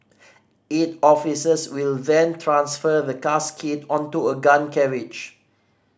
eight officers will then transfer the casket onto a gun carriage